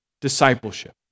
discipleship